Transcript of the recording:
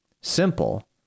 simple